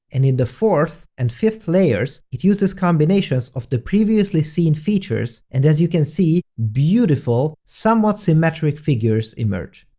and in the fourth and fifth layers, it uses combinations of the previously seen features, and as you can see, beautiful, somewhat symmetric figures emerge.